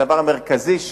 הדבר המרכזי,